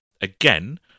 Again